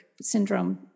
syndrome